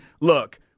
look